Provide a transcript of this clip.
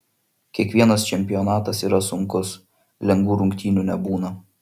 kiekvienas čempionatas yra sunkus lengvų rungtynių nebūna